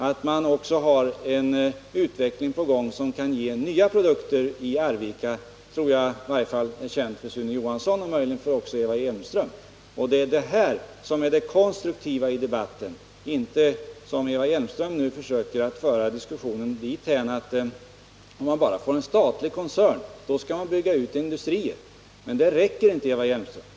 Att man också har en utveckling på gång i Arvika som ger nya produkter tror jag är känt, i varje fall för Sune Johansson, möjligen också för Eva Hjelmström. Det är det här som är det konstruktiva i debatten och inte Eva Hjelmströms försök att påstå att om man bara får en statlig koncern, så skall man kunna bygga ut industrier. Det räcker inte, Eva Hjelmström.